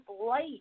light